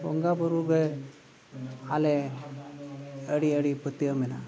ᱵᱚᱸᱜᱟ ᱵᱩᱨᱩᱜᱮ ᱟᱞᱮ ᱟᱹᱰᱤ ᱟᱹᱰᱤ ᱯᱟᱹᱛᱭᱟᱹᱣ ᱢᱮᱱᱟᱜᱼᱟ